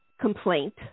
complaint